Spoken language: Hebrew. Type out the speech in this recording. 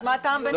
אז מה הטעם בנוהל?